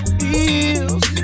feels